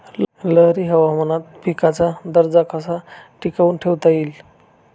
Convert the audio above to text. लहरी हवामानात पिकाचा दर्जा कसा टिकवून ठेवता येईल?